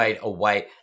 away